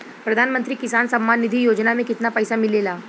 प्रधान मंत्री किसान सम्मान निधि योजना में कितना पैसा मिलेला?